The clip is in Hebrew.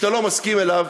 שאתה לא מסכים אליו,